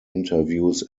interviews